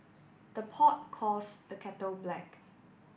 the pot calls the kettle black